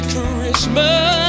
Christmas